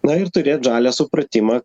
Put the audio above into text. na ir turėt žalią supratimą